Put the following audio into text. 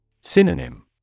Synonym